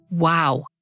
Wow